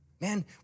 Man